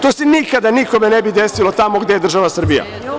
To se nikada nikome ne bi desilo tamo gde je država Srbija.